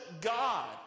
God